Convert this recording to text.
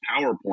PowerPoint